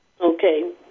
Okay